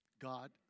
God